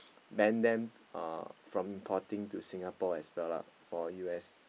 ban them uh from importing to Singapore as well lah for U_S